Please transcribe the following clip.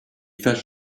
felt